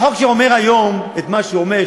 החוק שאומר היום את מה שהוא אומר,